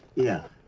yeah.